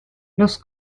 los